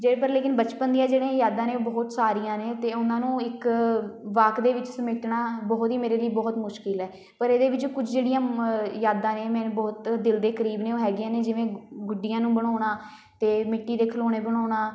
ਜੇ ਪਰ ਲੇਕਿਨ ਬਚਪਨ ਦੀਆਂ ਜਿਹੜੀਆਂ ਯਾਦਾਂ ਨੇ ਬਹੁਤ ਸਾਰੀਆਂ ਨੇ ਅਤੇ ਉਹਨਾਂ ਨੂੰ ਇੱਕ ਵਾਕ ਦੇ ਵਿੱਚ ਸਮੇਟਣਾ ਬਹੁਤ ਹੀ ਮੇਰੇ ਲਈ ਬਹੁਤ ਮੁਸ਼ਕਿਲ ਹੈ ਪਰ ਇਹਦੇ ਵਿੱਚ ਕੁਝ ਜਿਹੜੀਆਂ ਮ ਯਾਦਾਂ ਨੇ ਮੈਂ ਬਹੁਤ ਦਿਲ ਦੇ ਕਰੀਬ ਨੇ ਉਹ ਹੈਗੀਆਂ ਨੇ ਜਿਵੇਂ ਗੁੱਡੀਆਂ ਨੂੰ ਬਣਾਉਣਾ ਅਤੇ ਮਿੱਟੀ ਦੇ ਖਿਡੋਣੇ ਬਣਾਉਣਾ